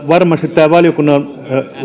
varmasti tämä valiokunnan